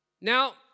Now